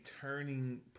turning